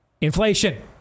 Inflation